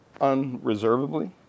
unreservedly